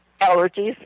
allergies